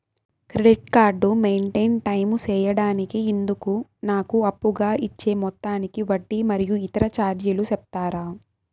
Credit card maintain time సేయడానికి ఇందుకు నాకు అప్పుగా ఇచ్చే మొత్తానికి వడ్డీ మరియు ఇతర చార్జీలు సెప్తారా?